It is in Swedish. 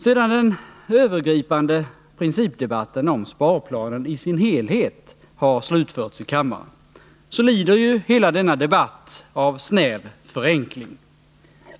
Sedan den övergripande principdebatten om sparplanen i sin helhet har slutförts i kammaren lider ju hela denna debatt av snäv förenkling.